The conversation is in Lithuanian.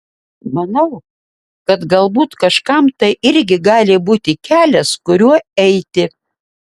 manau kad galbūt kažkam tai irgi gali būti kelias kuriuo eiti